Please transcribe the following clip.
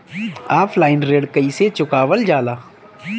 Offline ऋण कइसे चुकवाल जाला?